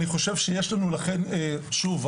אני חושב שיש לנו לכן שוב,